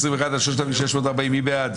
רוויזיה על הסתייגויות 3580-3561, מי בעד?